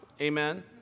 Amen